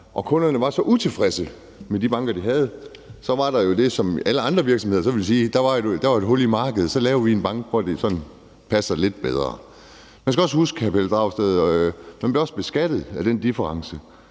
og kunderne var så utilfredse med de banker, de havde, så var der jo det, man ville sige i andre virksomheder: Der er jo et hul i markedet, og så laver vi en bank, hvor det sådan passer lidt bedre. Man skal også huske, hr. Pelle Dragsted, at man bliver beskattet af den difference,